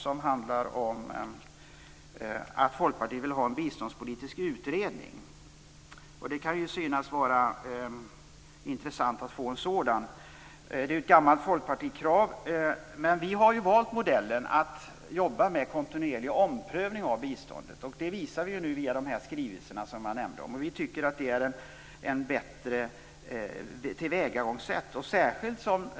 Den handlar om att Folkpartiet vill ha en biståndspolitisk utredning. Det kan synas vara intressant att få en sådan. Det är ett gammalt folkpartikrav. Men vi har ju valt modellen att jobba med en kontinuerlig omprövning av biståndet. Det visar vi nu genom de här skrivelserna som jag nämnde. Vi tycker att det är ett bättre tillvägagångssätt.